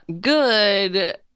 good